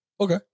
Okay